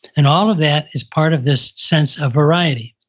and all of that is part of this sense of variety.